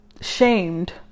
Shamed